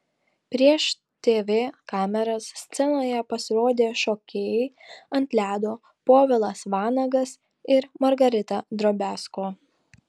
prieš tv kameras scenoje pasirodė šokėjai ant ledo povilas vanagas ir margarita drobiazko